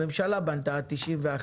הממשלה בנתה ב-1991.